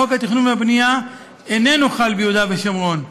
חוק התכנון והבנייה איננו חל ביהודה ושומרון.